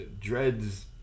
Dreads